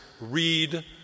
read